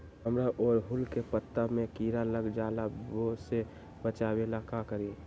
हमरा ओरहुल के पत्ता में किरा लग जाला वो से बचाबे ला का करी?